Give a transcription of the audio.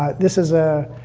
ah this is a,